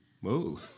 Whoa